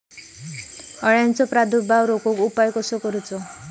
अळ्यांचो प्रादुर्भाव रोखुक उपाय कसो करूचो?